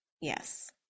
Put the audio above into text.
Yes